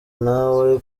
nawe